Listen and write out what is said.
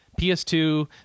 PS2